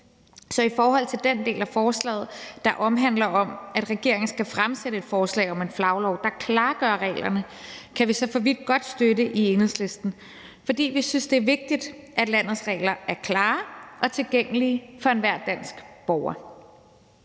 det er nu. Så den del af forslaget, der handler om, at regeringen skal fremsætte et forslag om en flaglov, der klargør reglerne, kan vi for så vidt godt støtte i Enhedslisten, fordi vi synes, det er vigtigt, at landets regler er klare og tilgængelige for enhver dansk borger.